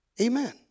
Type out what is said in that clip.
Amen